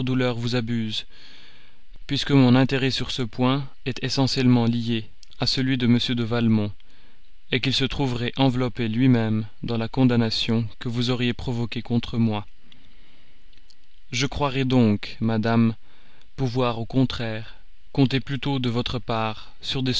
vous abuse puisque mon intérêt sur ce point est essentiellement lié à celui de m de valmont qu'il se trouverait enveloppé lui-même dans la condamnation que vous auriez provoquée contre moi je croirais donc madame pouvoir au contraire compter plutôt de votre part sur